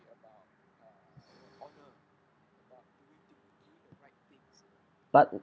but